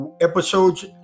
episodes